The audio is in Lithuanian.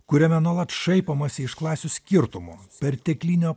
kuriame nuolat šaipomasi iš klasių skirtumų perteklinio